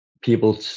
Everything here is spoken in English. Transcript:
people